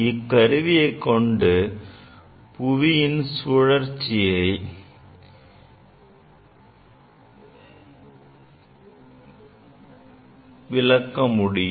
இக்கருவியை கொண்டு பூமியின் சுழற்சியை விளக்கமுடியும்